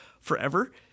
forever